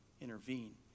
intervene